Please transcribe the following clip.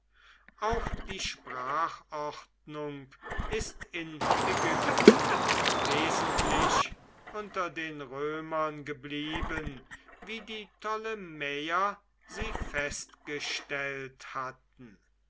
auch die sprachordnung ist in ägypten wesentlich unter den römern geblieben wie die ptolemäer sie festgestellt hatten